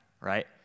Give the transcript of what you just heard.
right